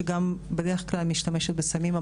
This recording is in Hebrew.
כשגם בדרך כלל משתמשת בסמים,